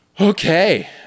Okay